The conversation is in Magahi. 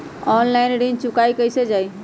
ऑनलाइन ऋण चुकाई कईसे की ञाई?